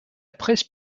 presse